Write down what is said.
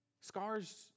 scars